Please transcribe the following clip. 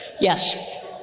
Yes